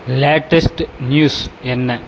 latest news என்ன